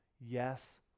yes